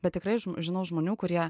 bet tikrai žinau žmonių kurie